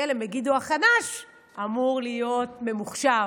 כלא מגידו החדש אמור להיות ממוחשב,